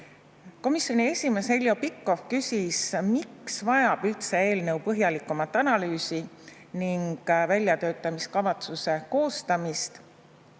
Komisjoni esimees Heljo Pikhof küsis, miks vajab üldse eelnõu põhjalikumat analüüsi ning väljatöötamiskavatsuse koostamist